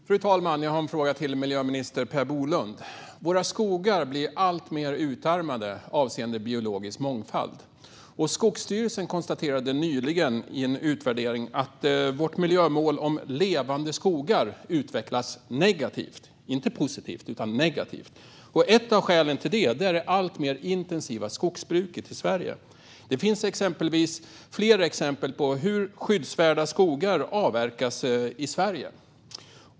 Fru talman! Jag har en fråga till miljöminister Per Bolund. Våra skogar blir alltmer utarmade avseende biologisk mångfald. Skogsstyrelsen konstaterade nyligen i en utvärdering att vårt miljömål om levande skogar utvecklas negativt - inte positivt. Ett av skälen till det är det alltmer intensiva skogsbruket i Sverige. Det finns flera exempel på hur skyddsvärda skogar avverkas i Sverige.